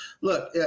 Look